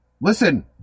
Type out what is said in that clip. Listen